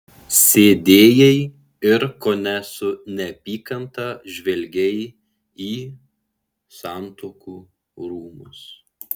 sėdėjai ir kone su neapykanta žvelgei į santuokų rūmus